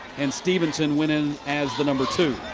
and stephenson went in as the number two.